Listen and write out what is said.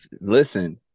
Listen